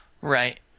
Right